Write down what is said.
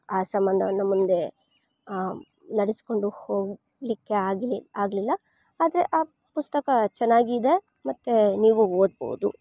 ಆ ಸಂಬಂಧವನ್ನು ಮುಂದೆ ನಡೆಸಿಕೊಂಡು ಹೋಗಲಿಕ್ಕೆ ಆಗಲಿ ಆಗಲಿಲ್ಲ ಆದರೆ ಆ ಪುಸ್ತಕ ಚೆನ್ನಾಗಿದೆ ಮತ್ತು ನೀವು ಓದ್ಬೌದು